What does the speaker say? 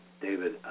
David